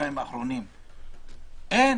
בחודשיים האחרונים אין,